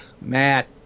Matt